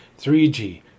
3G